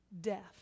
death